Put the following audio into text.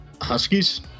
Huskies